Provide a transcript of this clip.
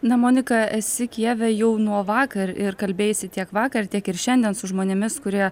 na monika esi kijeve jau nuo vakar ir kalbėjaisi tiek vakar tiek ir šiandien su žmonėmis kurie